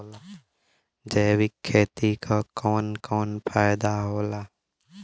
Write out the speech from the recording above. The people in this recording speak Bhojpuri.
जैविक खेती क कवन कवन फायदा होला?